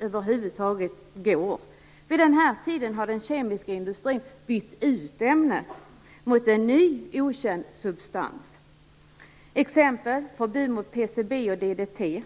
över huvud taget går. Vid det laget har den kemiska industrin bytt ut ämnet mot en ny okänd substans. Några exempel är förbuden mot PCB och DDT.